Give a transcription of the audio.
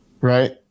right